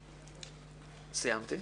סיימתי.